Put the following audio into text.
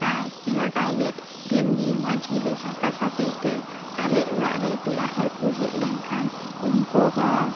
ᱟᱨ ᱱᱚᱶᱟ ᱴᱚᱭᱞᱮᱴ ᱫᱤᱱ ᱜᱮ ᱢᱚᱸᱡᱽ ᱜᱮᱞᱮ ᱥᱟᱯᱷᱟ ᱥᱟᱹᱯᱷᱤᱭ ᱛᱮ ᱟᱞᱮ ᱚᱲᱟᱜ ᱨᱮ ᱯᱮᱲᱟ ᱦᱚᱲ ᱠᱚ ᱦᱮᱡ ᱞᱮᱱ ᱠᱷᱟᱱ ᱩᱱᱠᱩ ᱦᱚ